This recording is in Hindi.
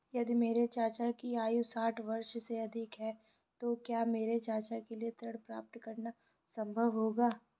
यदि मेरे चाचा की आयु साठ वर्ष से अधिक है तो क्या मेरे चाचा के लिए ऋण प्राप्त करना संभव होगा?